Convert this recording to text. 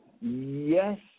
yes